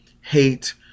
hate